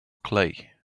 clay